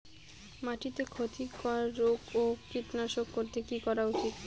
মাটিতে ক্ষতি কর রোগ ও কীট বিনাশ করতে কি করা উচিৎ?